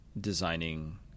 designing